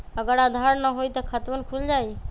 अगर आधार न होई त खातवन खुल जाई?